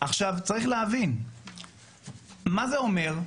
צריך להבין מה זה אומר,